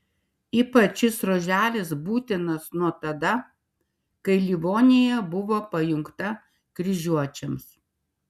ypač šis ruoželis būtinas nuo tada kai livonija buvo pajungta kryžiuočiams